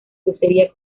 crucería